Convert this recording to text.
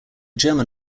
german